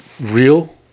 real